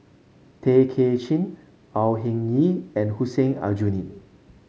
Tay Kay Chin Au Hing Yee and Hussein Aljunied